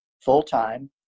full-time